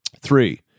Three